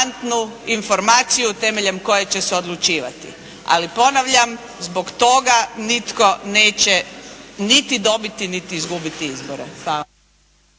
informaciju temeljem koje će se odlučivati, ali ponavljam zbog toga nitko neće niti dobiti, niti izgubiti izbore.